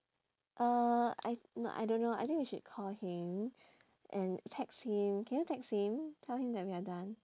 uh I I don't know I think we should call him and text him can you text him tell him that we are done